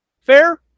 Fair